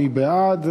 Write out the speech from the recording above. מי בעד?